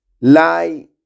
lie